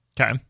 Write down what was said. Okay